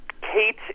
Kate